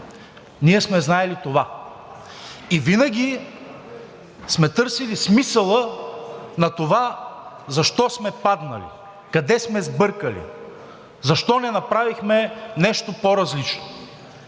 ние сме знаели това и винаги сме търсили смисъла на това защо сме паднали, къде сме сбъркали, защо не направихме нещо по-различно.